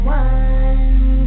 one